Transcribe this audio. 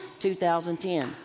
2010